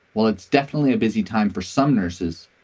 well, it's definitely a busy time for some nurses.